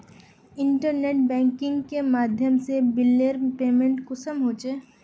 Internet banking के माध्यम से बिलेर पेमेंट कुंसम होचे?